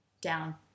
down